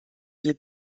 viel